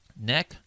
neck